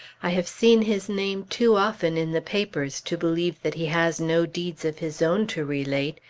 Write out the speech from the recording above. i have seen his name too often in the papers, to believe that he has no deeds of his own to relate,